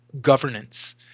Governance